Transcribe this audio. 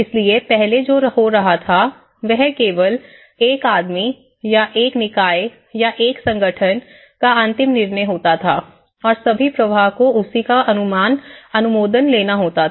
इसलिए पहले जो हो रहा था वह केवल एक आदमी या एक निकाय या एक संगठन का अंतिम निर्णय होता था और सभी प्रवाह को उसी का अनुमोदन लेना होता है